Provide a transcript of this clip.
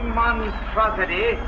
monstrosity